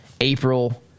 April